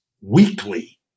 weekly